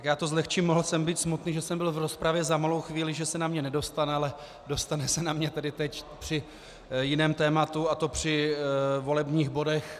Já to zlehčím, mohl jsem být smutný, že jsem byl v rozpravě za malou chvíli, že se na mě nedostane, ale dostane se na mě teď při jiném tématu, a to při volebních bodech.